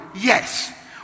Yes